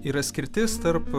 yra skirtis tarp